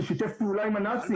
שהוא שיתף פעולה עם הנאצים.